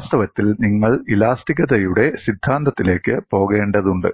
വാസ്തവത്തിൽ നിങ്ങൾ ഇലാസ്തികതയുടെ സിദ്ധാന്തത്തിലേക്ക് പോകേണ്ടതുണ്ട്